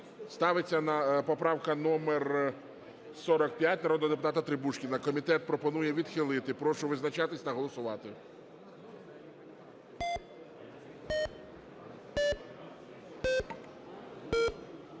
Ставиться поправка номер 45 народного депутата Требушкіна. Комітет пропонує відхилити. Прошу визначатись та голосувати.